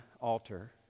Altar